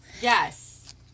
Yes